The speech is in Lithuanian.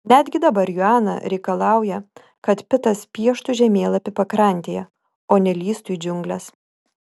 netgi dabar joana reikalauja kad pitas pieštų žemėlapį pakrantėje o ne lįstų į džiungles